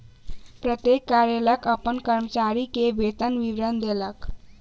प्रत्येक कार्यालय अपन कर्मचारी के वेतन विवरण देलक